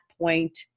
point